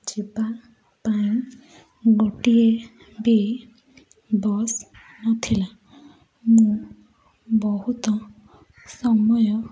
ଯିବାପାଇଁ ଗୋଟିଏ ବି ବସ୍ ନଥିଲା ମୁଁ ବହୁତ ସମୟ